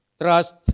trust